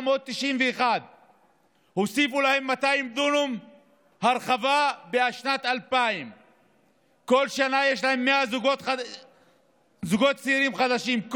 1991. הוסיפו להם 200 דונם הרחבה בשנת 2000. כל שנה יש להם 100 זוגות צעירים חדשים.